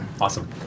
Awesome